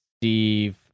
Steve